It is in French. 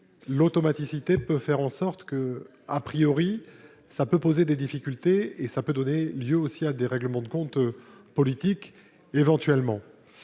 l'automaticité peut faire en sorte que à priori, ça peut poser des difficultés et ça peut donner lieu aussi à des règlements de comptes politiques éventuellement